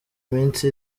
minsi